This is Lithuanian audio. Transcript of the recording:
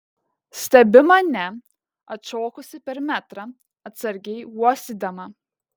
stebi mane atšokusi per metrą atsargiai uostydama